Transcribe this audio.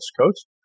Coast